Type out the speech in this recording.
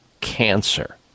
cancer